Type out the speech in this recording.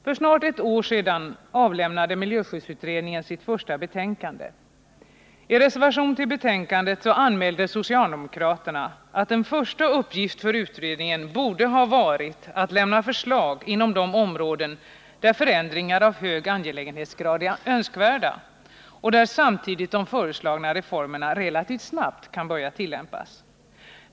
För snart ett år sedan avlämnade miljöskyddsutredningen sitt första betänkande. I reservation till betänkandet anmälde socialdemokraterna att en första uppgift för utredningen borde ha varit att lämna förslag inom de områden där förändringar av hög angelägenhetsgrad är önskvärda och där samtidigt de föreslagna reformerna relativt snabbt kan börja tillämpas.